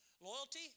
loyalty